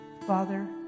Father